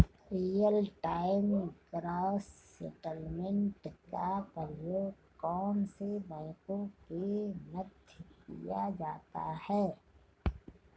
Real time gross settlement का प्रयोग कौन से बैंकों के मध्य किया जाता है?